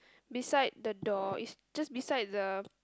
beside the door it's just beside the